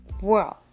world